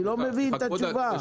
אני לא מבין את התשובה.